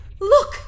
Look